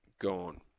gone